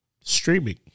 Streaming